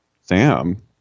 Sam